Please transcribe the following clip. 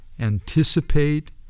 anticipate